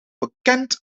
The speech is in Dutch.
bekend